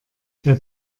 der